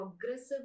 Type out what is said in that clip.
progressive